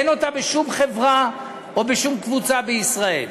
אין אותה בשום חברה או בשום קבוצה בישראל.